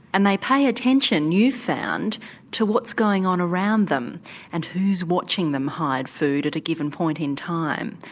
and they pay attention you've found to what's going on around them and who's watching them hide food at a given point in time.